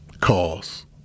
cause